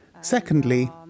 Secondly